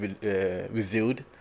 revealed